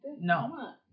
no